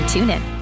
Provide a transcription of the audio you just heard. TuneIn